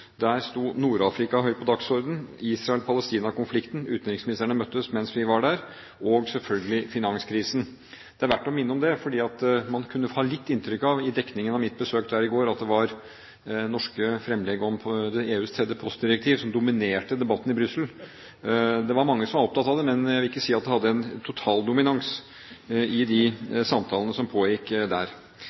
Der sto Nord-Afrika høyt på dagsordenen, likeledes Israel–Palestina-konflikten – utenriksministerne møttes mens vi var der – og selvfølgelig finanskrisen. Det er verdt å minne om det, fordi man i dekningen av mitt besøk i går kunne ha litt inntrykk av at det var norske fremlegg om EUs tredje postdirektiv som dominerte debatten i Brussel. Det var mange som var opptatt av det, men jeg vil ikke si at det hadde en total dominans i de samtalene som pågikk der.